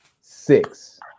six